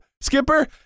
Skipper